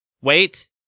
Wait